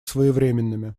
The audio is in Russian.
своевременными